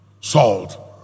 Salt